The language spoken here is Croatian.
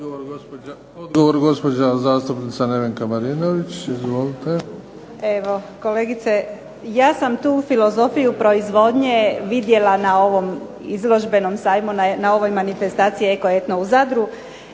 Odgovor gospođa zastupnica Nevenka Marinović. **Marinović, Nevenka (HDZ)** Evo kolegice, ja sam tu filozofiju proizvodnje vidjela na ovom izložbenom sajmu, na ovoj manifestaciji "Eko-etno" u Zadru,